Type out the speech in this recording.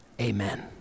amen